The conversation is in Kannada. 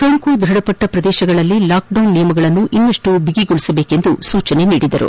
ಸೋಂಕು ದೃಢಪಟ್ಟ ಪ್ರದೇಶಗಳಲ್ಲಿ ಲಾಕ್ಡೌನ್ ನಿಯಮಗಳನ್ನು ಇನ್ನಷ್ಟು ಬಗಿಗೊಳಿಸುವಂತೆ ಸೂಚಿಸಿದರು